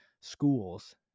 schools